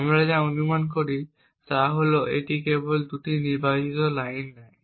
আমরা যা অনুমান করি তা হল এখন কেবল দুটি নির্বাচিত লাইন নেই